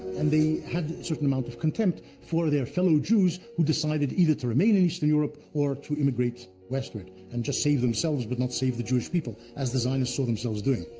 and they had a certain amount of contempt for their fellow jews, who decided either to remain in eastern europe, or to immigrate westward, and just save themselves but not save the jewish people, as the zionists saw themselves doing.